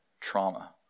trauma